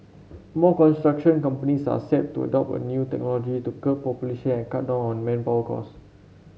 more construction companies are set to adopt a new technology to curb pollution and cut down on manpower costs